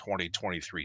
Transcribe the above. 2023